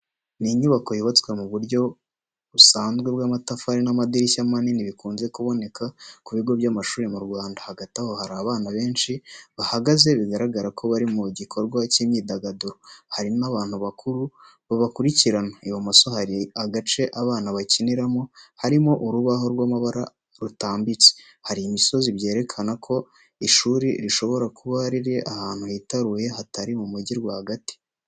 Ni inyubako yubatswe mu buryo busanzwe bw'amatafari n'amadirishya manini, bikunze kuboneka ku bigo by’amashuri mu Rwanda. Hagati aho hari abana benshi bahagaze bigaragara ko bari mu gikorwa cy’imyidagaduro. Hari n’abantu bakuru babakurikirana. Ibumoso hari agace abana bakiniramo, harimo urubaho rw’amabara rutambitse. Hari imisozi byerekana ko ishuri rishobora kuba riri ahantu hitaruye, hatari mu mujyi rwagati.